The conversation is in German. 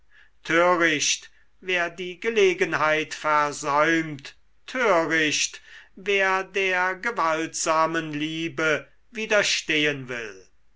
töricht wer die gelegenheit versäumt töricht wer der gewaltsamen liebe widerstehen will